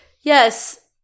yes